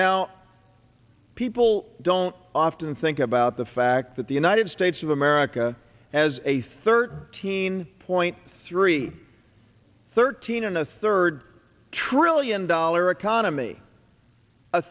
now people don't often think about the fact that the united states of america as a thirteen point three thirteen and a third trillion dollar economy